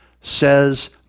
says